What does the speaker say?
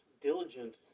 diligent